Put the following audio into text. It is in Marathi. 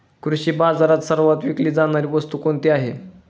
कृषी बाजारात सर्वात विकली जाणारी वस्तू कोणती आहे?